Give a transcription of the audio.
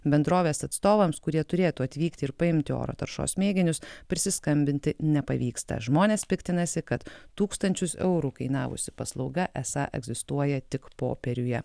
bendrovės atstovams kurie turėtų atvykti ir paimti oro taršos mėginius prisiskambinti nepavyksta žmonės piktinasi kad tūkstančius eurų kainavusi paslauga esą egzistuoja tik popieriuje